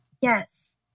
Yes